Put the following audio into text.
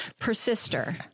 Persister